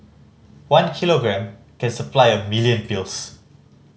one kilogram can supply a million pills